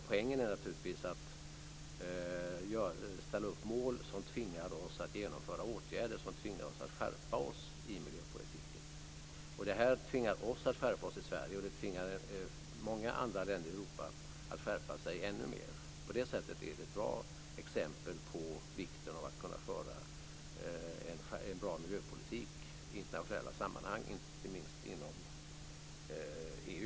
Poängen är naturligtvis att ställa upp mål som tvingar oss att genomföra åtgärder som innebär att vi skärper oss i miljöpolitiken. Det här tvingar oss till en skärpning i Sverige, och det tvingar många andra länder i Europa att skärpa sig ännu mer. Därigenom är det ett bra exempel på vikten av att föra en bra miljöpolitik i internationella sammanhang, inte minst inom EU.